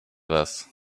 was